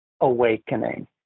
awakening